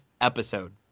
episode